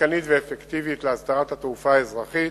עדכנית ואפקטיבית להסדרת התעופה האזרחית